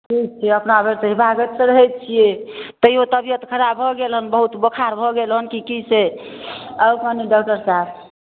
ठीक छै अपना भरि तऽ हिफाजतसँ रहै छियै तैयो तबियत खराब भऽ गेल हेँ बहुत बोखार भऽ गेल हेँ कि की से आउ कनि डॉक्टर साहब